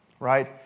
Right